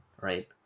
right